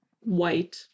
white